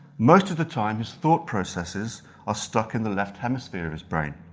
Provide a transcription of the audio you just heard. most of the time his thought processes are stuck in the left hemisphere of his brain,